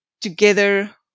together